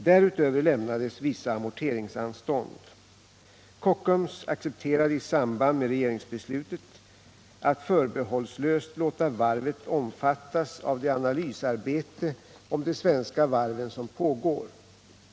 Därutöver lämnades vissa amorteringsanstånd. Kockums accepterade i samband med regeringsbeslutet att förbehållslöst låta varvet omfattas av det analysarbete om de svenska varven som pågår.